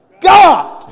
God